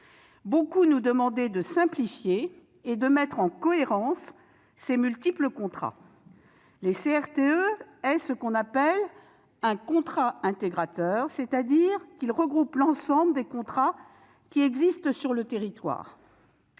beaucoup nous demandaient de simplifier et de mettre en cohérence ces multiples contrats. Le CRTE est ce qu'on appelle un contrat intégrateur, il regroupe l'ensemble des contrats qui existent sur le territoire.